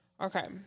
Okay